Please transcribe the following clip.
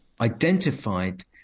identified